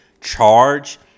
charge